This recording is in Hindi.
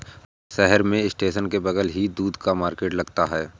हमारे शहर में स्टेशन के बगल ही दूध का मार्केट लगता है